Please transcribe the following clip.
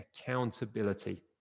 accountability